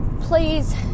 please